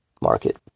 market